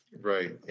Right